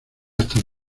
están